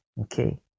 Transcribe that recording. Okay